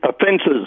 offences